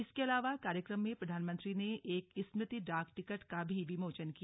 इसके अलावा कार्यक्रम में प्रधानमंत्री ने एक स्मृति डाक टिकट का भी विमोचन किया